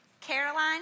Caroline